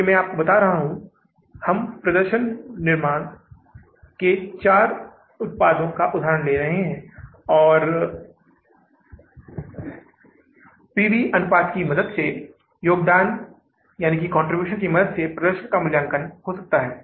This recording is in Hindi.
इसलिए हमने यहां गणना की है जोकि 318000 डॉलर है सिर्फ इसलिए कि हमारे पास उधार है और अंत में आपको यहां डालना होगा क्योंकि अंतिम राशि समापन नकदी शेष है समापन नकदी शेष